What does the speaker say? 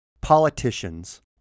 politicians